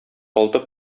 алты